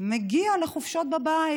מגיע לחופשות בבית.